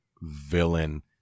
villain